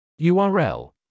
url